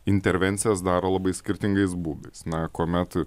intervencijas daro labai skirtingais būdais na kuomet